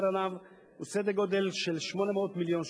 עליו הוא סדר-גודל של 800 מיליון שקל.